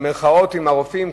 עם הרופאים,